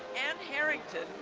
ann harrington,